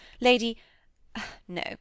lady—no